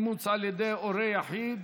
אימוץ על ידי הורה יחיד),